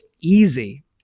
easy